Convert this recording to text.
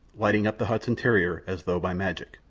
lighting up the hut's interior as though by magic.